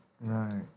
Right